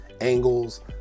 angles